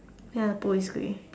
ya boys grey